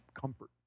comfort